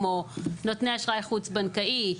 כמו נותני אשראי חוץ בנקאי,